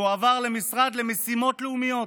שהועבר למשרד למשימות לאומיות,